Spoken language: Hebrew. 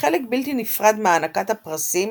כחלק בלתי נפרד מהענקת הפרסים